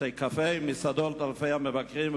בתי-קפה ומסעדות לאלפי המבקרים,